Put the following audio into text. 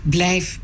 Blijf